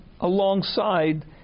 alongside